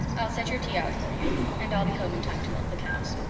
i'll set your tea out for you and i'll be home in time to milk the cows.